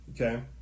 Okay